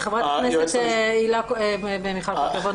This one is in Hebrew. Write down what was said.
חברת הכנסת מיכל קוטלר-וונש,